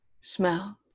smell